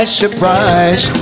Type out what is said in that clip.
surprise